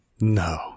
no